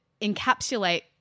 encapsulate